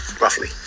roughly